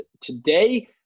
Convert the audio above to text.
today